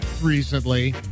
recently